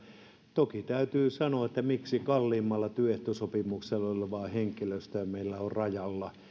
toki täytyy kysyä että miksi kalliimmalla työehtosopimuksella olevaa henkilöstöä meillä on rajalla